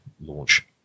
launch